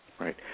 Right